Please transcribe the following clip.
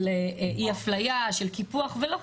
של אי אפליה, של קיפוח, ולא.